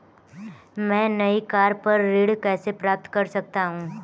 मैं नई कार पर ऋण कैसे प्राप्त कर सकता हूँ?